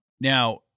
Now